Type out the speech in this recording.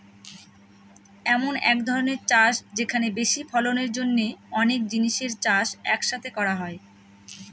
এমন এক ধরনের চাষ যেখানে বেশি ফলনের জন্য অনেক জিনিসের চাষ এক সাথে করা হয়